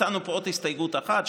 הצענו פה עוד הסתייגות אחת,